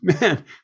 Man